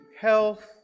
health